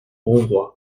rouvroy